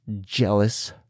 jealous